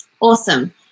Awesome